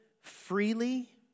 freely